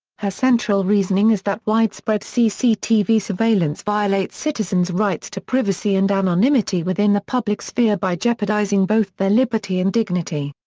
her central reasoning is that widespread cctv surveillance violates citizens' rights to privacy and anonymity within the public sphere by jeopardizing both their liberty and dignity.